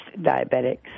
diabetics